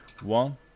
one